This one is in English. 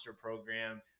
program